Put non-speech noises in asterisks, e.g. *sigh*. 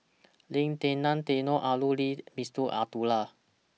Lim Denan Denon Aaron Lee *unintelligible* Abdullah